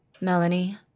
Melanie